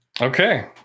Okay